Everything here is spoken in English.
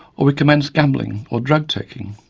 or we commence gambling or drug taking.